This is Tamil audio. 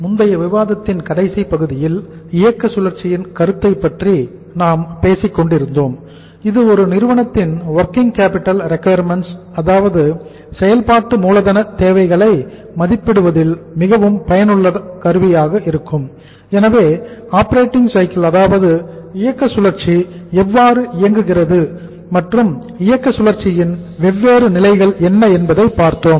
முந்தைய விவாதத்தின் கடைசிப் பகுதியில் இயக்க சுழற்சியின் கருத்தைப் பற்றி நாம் பேசிக் கொண்டிருந்தோம் இது ஒரு நிறுவனத்தின் வொர்கிங் கேபிடல் ரெக்கொயர்மென்ட்ஸ் அதாவது இயக்க சுழற்சி எவ்வாறு இயங்குகிறது மற்றும் இயக்க சுழற்சியின் வெவ்வேறு நிலைகள் என்ன என்பதை பார்த்தோம்